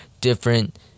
different